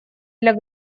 для